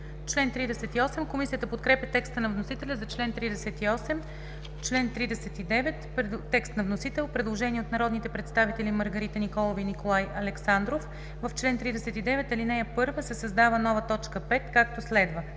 Комисията подкрепя текста на вносителя за чл. 38. По член 39 – текст на вносител. Предложение от народните представители Маргарита Николова и Николай Александров: В чл. 39, ал. 1 се създава нова т. 5, както следва: